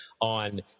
on